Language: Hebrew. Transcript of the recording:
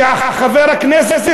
שחבר הכנסת,